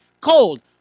cold